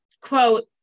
quote